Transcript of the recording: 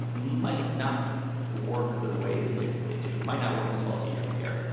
and might not work the way they typically do, might not work as well as usual here.